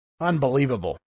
Unbelievable